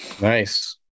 Nice